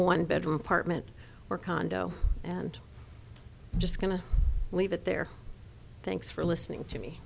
one bedroom apartment or condo and just going to leave it there thanks for listening to me